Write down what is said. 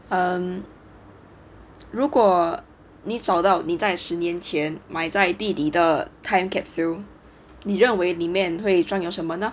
um 如果你找到你在十年前埋在地里的 time capsule 你认为里面会装有什么呢